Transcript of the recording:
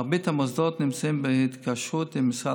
מרבית המוסדות נמצאים בהתקשרות עם משרד